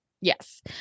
Yes